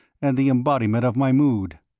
and the embodiment of my mood.